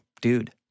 dude